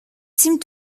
seemed